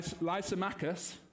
Lysimachus